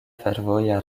fervoja